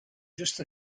just